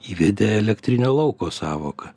įvedė elektrinio lauko sąvoką